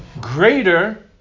greater